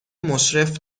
مشرف